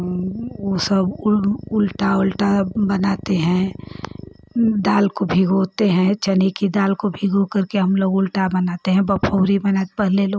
वह सब उल्टा उल्टा बनाते हैं दाल को भिगोते हैं चने की दाल को भिगो करके हमलोग उल्टा बनाते हैं बफ़ौरी बनाते हैं पहले लोग